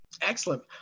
excellent